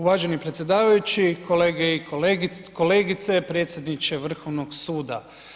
Uvaženi predsjedavajući, kolege i kolegice, predsjedniče Vrhovnog suda.